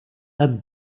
and